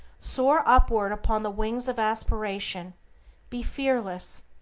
soar upward upon the wings of aspiration be fearless,